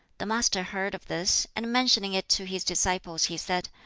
the master heard of this, and mentioning it to his disciples he said,